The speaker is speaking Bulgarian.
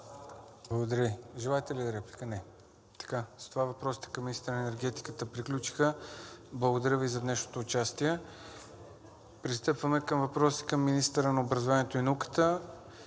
Благодаря Ви. Желаете ли реплика? Не. С това въпросите към министъра на енергетиката приключиха. Благодаря Ви за днешното участие. Пристъпваме към въпроси към министъра на образованието и науката